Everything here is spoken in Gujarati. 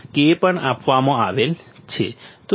K પણ આપવામાં આવેલ છે 0